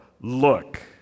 look